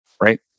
Right